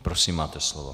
Prosím, máte slovo.